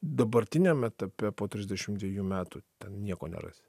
dabartiniam etape po trisdešimt dvejų metų ten nieko nerasi